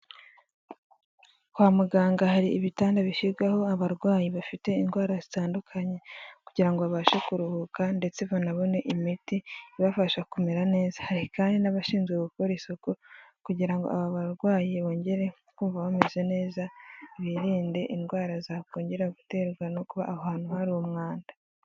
Kwa muganga hari ibitanda bishyirwaho abarwayi bafite indwara zitandukanye, kugira ngo babashe kuruhuka, ndetse banabone imiti ibafasha kumera neza, hari kandi n'abashinzwe gukora isuku, kugira ngo aba barwayi bongere kumva bameze neza, birinde indwara zakongera guterwa no kuba aho hantu hari umwanda.